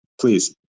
please